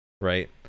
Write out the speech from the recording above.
right